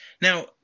Now